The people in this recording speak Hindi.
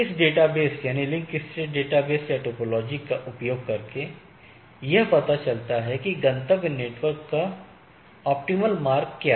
इस डेटाबेस लिंक स्टेट डेटाबेस या टोपोलॉजी का उपयोग करके यह पता चलता है कि गंतव्य नेटवर्क का इष्टतम मार्ग क्या है